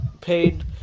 paid